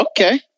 okay